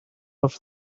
after